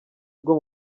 bwo